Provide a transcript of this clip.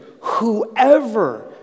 whoever